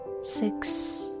six